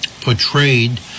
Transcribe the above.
portrayed